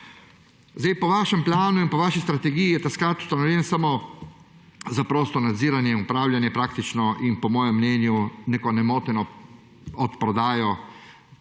nič. Po vašem planu in po vaši strategiji je ta sklad ustanovljen samo za prosto nadziranje in upravljanje, praktično, in po mojem mnenju, neko nemoteno odprodajo